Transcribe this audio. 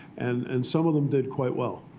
and and some of them did quite well.